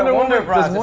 and wonderbras.